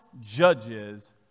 judges